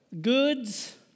Goods